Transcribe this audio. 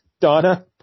Donna